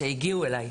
שהגיעו אליי,